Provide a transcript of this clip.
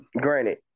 Granted